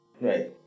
Right